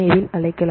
ஏவில் அழைக்கவும்